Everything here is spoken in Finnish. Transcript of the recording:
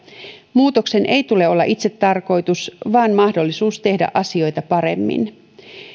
muutoksen ei tule olla itsetarkoitus vaan mahdollisuus tehdä asioita paremmin